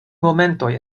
momentoj